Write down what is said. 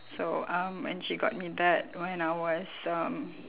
so um when she got me that when I was um